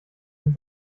den